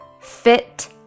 fit